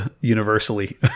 universally